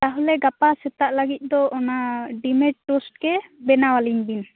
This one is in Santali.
ᱛᱟᱦᱚᱞᱮ ᱜᱟᱯᱟ ᱥᱮᱛᱟᱜ ᱞᱟᱹᱜᱤᱫ ᱫᱚ ᱚᱱᱟ ᱰᱤᱢᱮᱨ ᱴᱳᱥᱴ ᱜᱮ ᱵᱮᱱᱟᱣᱟᱞᱤᱧ ᱵᱤᱱ